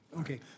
Okay